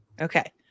Okay